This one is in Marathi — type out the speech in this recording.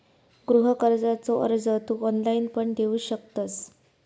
गृह कर्जाचो अर्ज तू ऑनलाईण पण देऊ शकतंस